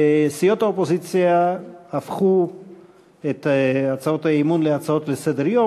וסיעות האופוזיציה הפכו את הצעות האי-אמון להצעות לסדר-יום,